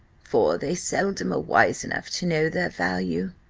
for they seldom are wise enough to know their value.